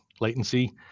latency